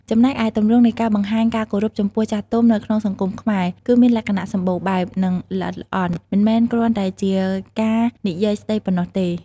ចំណែកឯទម្រង់នៃការបង្ហាញការគោរពចំពោះចាស់ទុំនៅក្នុងសង្គមខ្មែរគឺមានលក្ខណៈសម្បូរបែប និងល្អិតល្អន់ មិនមែនគ្រាន់តែការនិយាយស្ដីប៉ុណ្ណោះទេ។